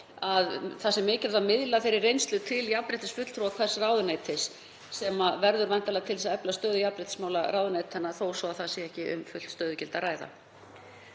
á að mikilvægt sé að miðla þeirri reynslu til jafnréttisfulltrúa hvers ráðuneytis sem verður væntanlega til þess að efla stöðu jafnréttismála í ráðuneytunum, þó svo að þar sé ekki um fullt stöðugildi að ræða.